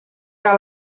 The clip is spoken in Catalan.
que